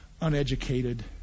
uneducated